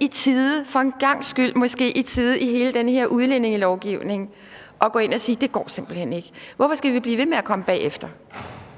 i tide – for en gangs skyld i hele den her udlændingelovgivning måske i tide – bliver nødt til at gå ind og sige: Det går simpelt hen ikke. Hvorfor skal vi blive ved med at komme bagefter?